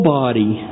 body